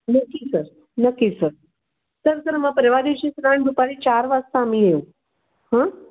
नक्की सर नक्की sir sir sir मग परवा दिवशी साधारण दुपारी चार वाजता आम्ही येऊ हं